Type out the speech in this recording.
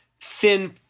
thin –